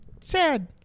sad